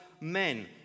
men